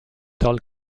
toll